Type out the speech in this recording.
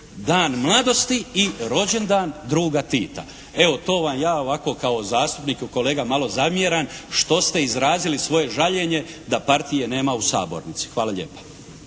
Dan mladosti i rođendan druga Tita. Evo, to vam ja ovako kao zastupnik kolega malo zamjeram što ste izrazili svoje žaljenje da Partije nema u sabornici. Hvala lijepa.